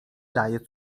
daje